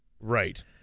right